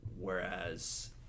whereas